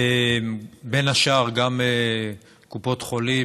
בין השאר קופות חולים,